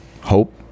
Hope